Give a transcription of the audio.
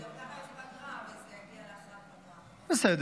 גם ככה יש פגרה וזה יגיע להכרעה --- בסדר,